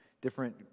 different